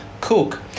cook